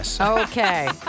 Okay